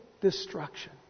destruction